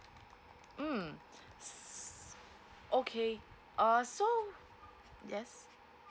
mm okay uh so yes